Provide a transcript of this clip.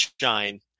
shine